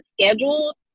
scheduled